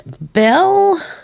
Bell